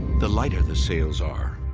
the lighter the sails are,